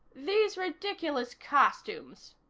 these ridiculous costumes,